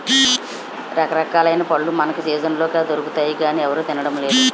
రకరకాలైన పళ్ళు మనకు సీజనల్ గా దొరుకుతాయి గానీ ఎవరూ తినడం లేదు